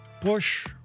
push